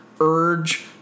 Urge